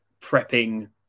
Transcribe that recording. prepping